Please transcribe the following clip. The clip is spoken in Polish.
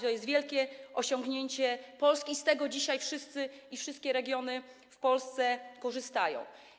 To jest wielkie osiągnięcie Polski i z tego dzisiaj wszystkie regiony w Polsce korzystają.